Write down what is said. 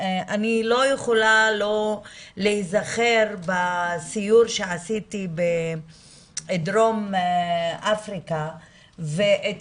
אני לא יכולה לא להיזכר בסיור שעשיתי בדרום אפריקה ואת